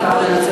לו.